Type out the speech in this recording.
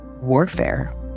warfare